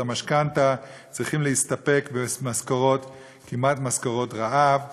המשכנתה צריכים להסתפק במשכורות של רעב כמעט,